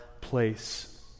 place